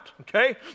Okay